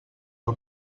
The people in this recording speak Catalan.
del